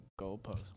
goalpost